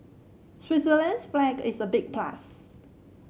Switzerland's flag is a big plus